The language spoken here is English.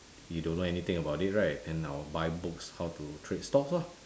you don't know anything about it right then I will buy books how to trade stocks lor